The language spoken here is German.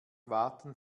waten